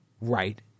right